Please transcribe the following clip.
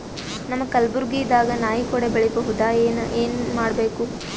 ನಮ್ಮ ಕಲಬುರ್ಗಿ ದಾಗ ನಾಯಿ ಕೊಡೆ ಬೆಳಿ ಬಹುದಾ, ಏನ ಏನ್ ಮಾಡಬೇಕು?